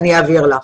אני אעבור לך.